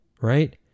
right